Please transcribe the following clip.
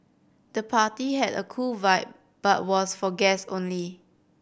the party had a cool vibe but was for guests only